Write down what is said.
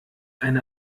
eine